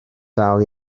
dal